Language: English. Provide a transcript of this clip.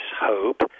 hope